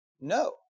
no